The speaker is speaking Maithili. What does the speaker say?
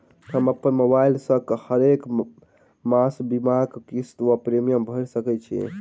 हम अप्पन मोबाइल सँ हरेक मास बीमाक किस्त वा प्रिमियम भैर सकैत छी?